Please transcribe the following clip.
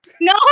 No